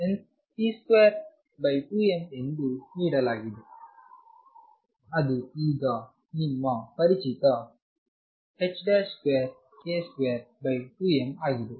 ಆದ್ದರಿಂದ E ಅನ್ನು p22m ಎಂದು ನೀಡಲಾಗಿದೆ ಅದು ಈಗ ನಿಮ್ಮ ಪರಿಚಿತ 2k22mಆಗಿದೆ